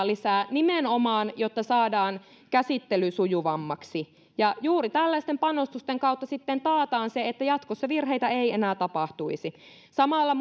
lisää nimenomaan jotta saadaan käsittely sujuvammaksi ja juuri tällaisten panostusten kautta sitten taataan se että jatkossa virheitä ei enää tapahtuisi samalla